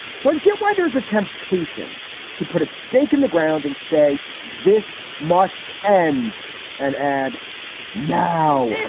so i get why there is a temptation to put a stake in the ground and say this must end and ad now